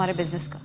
but business